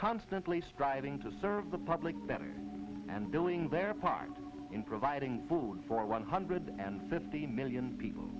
constantly striving to serve the public better and doing their part in providing food for one hundred and fifty million people